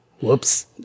Whoops